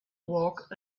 walk